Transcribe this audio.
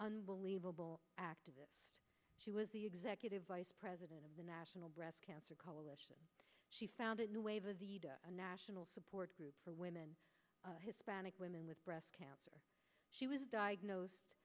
unbelievable activist she was the executive vice president of the national breast cancer coalition she founded new wave a national support group for women hispanic women with breast cancer she was diagnosed